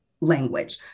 language